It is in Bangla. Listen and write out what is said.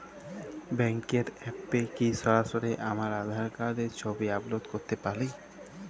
ব্যাংকের অ্যাপ এ কি সরাসরি আমার আঁধার কার্ড র ছবি আপলোড করতে পারি?